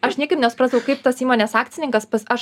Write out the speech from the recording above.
aš niekaip nesuprasdavau kaip tas įmonės akcininkas pas aš